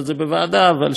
אבל שהמליאה תחליט.